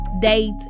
date